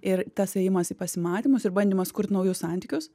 ir tas ėjimas į pasimatymus ir bandymas kurt naujus santykius